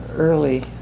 early